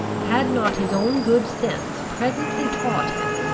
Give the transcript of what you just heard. had not his own good sense presently taught him,